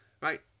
right